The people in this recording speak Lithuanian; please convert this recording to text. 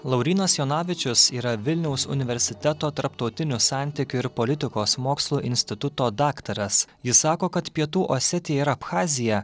laurynas jonavičius yra vilniaus universiteto tarptautinių santykių ir politikos mokslų instituto daktaras jis sako kad pietų osetiją ir abchaziją